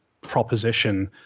Proposition